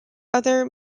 other